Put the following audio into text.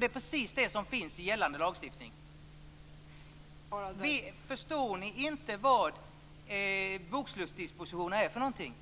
Det är precis det som finns i gällande lagstiftning. Förstår ni inte vad bokslutsdisposition är för någonting?